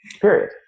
period